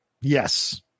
yes